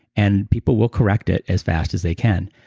and people will correct it as fast as they can.